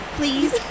please